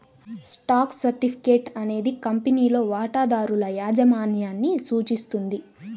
stock certificate అనేది కంపెనీలో వాటాదారుల యాజమాన్యాన్ని సూచిస్తుంది